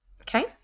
okay